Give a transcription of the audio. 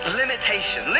limitation